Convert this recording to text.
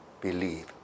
believe